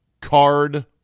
Card